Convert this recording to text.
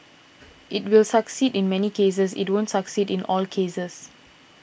it will succeed in many cases it won't succeed in all cases